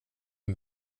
din